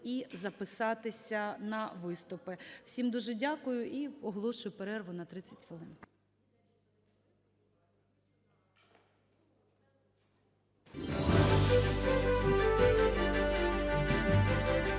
і записатися на виступи. Всім дуже дякую і оголошую перерву на 30 хвилин.